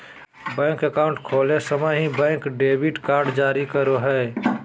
bank account खोले समय ही, बैंक डेबिट कार्ड जारी करा हइ